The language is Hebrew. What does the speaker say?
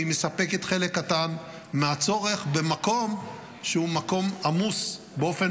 והיא מספקת חלק קטן מהצורך במקום שהוא עמוס באופן